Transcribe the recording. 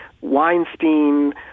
Weinstein